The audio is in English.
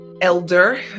elder